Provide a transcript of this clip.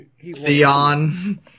Theon